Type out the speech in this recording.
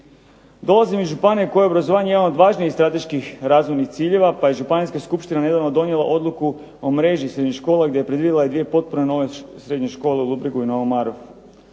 Dolazim iz županije u kojoj je obrazovanje jedan od važnijih strateških razvojnih ciljeva, pa je Županijska skupština nedavno donijela odluku o mreži srednjih škola, gdje je predvidjela dvije potpuno nove srednje škole u Ludbregu i Novom